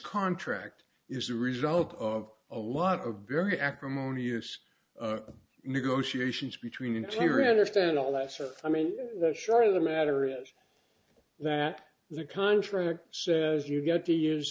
contract is the result of a lot of very acrimonious negotiations between interior understand all that stuff i mean their share of the matter is that the contract says you got to use